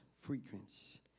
frequency